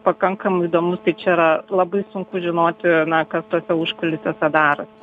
pakankamai įdomus tai čia yra labai sunku žinoti na kas tuose užkulisiuose daros